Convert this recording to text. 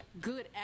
Good